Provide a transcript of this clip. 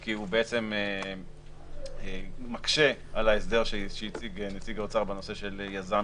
כי הוא בעצם מקשה על ההסדר שהציג נציג האוצר בנושא של יזם